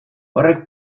horrek